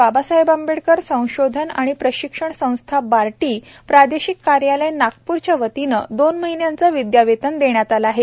बाबासाहेब आंबेडकर संशोधन व प्रशिक्षण संस्था प्रादेशिक कार्यालय नागप्रच्या वतीने दोन महिन्यांचे विद्यावेतन देण्यात आले आहे